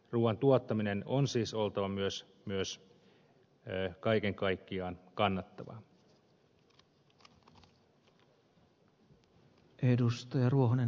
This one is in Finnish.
ruuan tuottamisen on siis oltava myös kaiken kaikkiaan kannattavaa